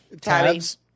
Tabs